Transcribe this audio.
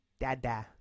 dada